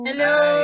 Hello